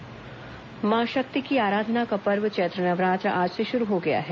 चैत्र नवरात्र मां शक्ति की आराधना का पर्व चैत्र नवरात्र आज से शुरू हो गया है